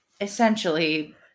essentially